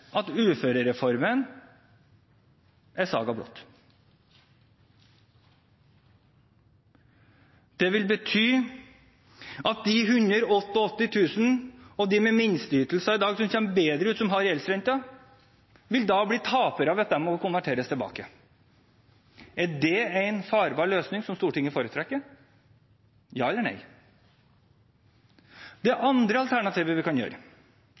at de 188 000 og de med minsteytelser i dag som kommer bedre ut, som har gjeldsrenter, vil bli tapere hvis de må konverteres tilbake. Er det en farbar løsning som Stortinget foretrekker? – Ja eller nei? Det andre alternativet